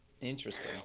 Interesting